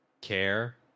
care